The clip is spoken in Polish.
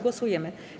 Głosujemy.